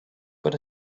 but